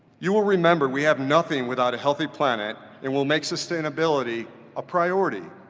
you will remember we have nothing without a healthy planet and will make sustainability a priority.